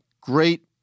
great